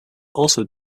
also